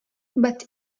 but